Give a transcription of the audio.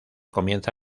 comienza